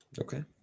Okay